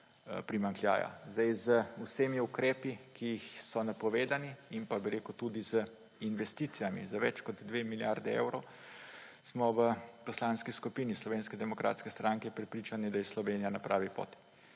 Z vsemi ukrepi, ki so napovedani, in tudi z investicijami v višini več kot 2 milijardi evrov smo v Poslanski skupini Slovenske demokratske stranke prepričani, da je Slovenija na pravi poti,